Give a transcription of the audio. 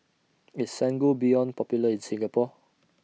IS Sangobion Popular in Singapore